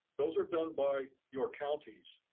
those are done by your counties.